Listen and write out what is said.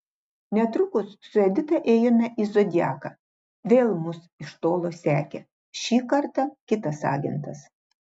netrukus su edita ėjome į zodiaką vėl mus iš tolo sekė šį kartą kitas agentas